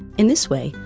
in this way,